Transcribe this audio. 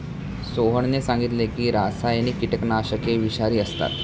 सोहनने सांगितले की रासायनिक कीटकनाशके विषारी असतात